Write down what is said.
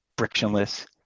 frictionless